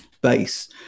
base